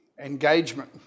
engagement